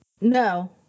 No